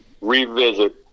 revisit